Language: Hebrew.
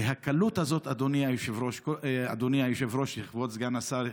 הקלות הזאת, אדוני היושב-ראש, כבוד סגן השר,